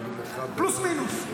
פלוס-מינוס.